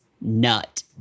Nut